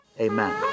amen